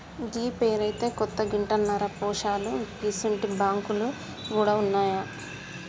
గీ పేరైతే కొత్తగింటన్నరా పోశాలూ గిసుంటి బాంకులు గూడ ఉన్నాయా